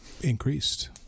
increased